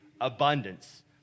abundance